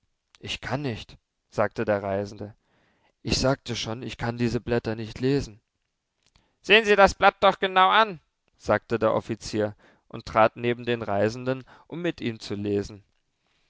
ich kann nicht sagte der reisende ich sagte schon ich kann diese blätter nicht lesen sehen sie das blatt doch genau an sagte der offizier und trat neben den reisenden um mit ihm zu lesen